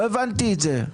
לא הבנתי את זה.